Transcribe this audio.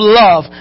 love